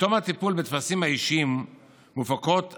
בתום הטיפול בטפסים האישיים מופקות התעודות,